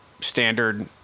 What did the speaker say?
standard